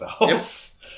Yes